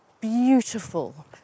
beautiful